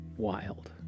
wild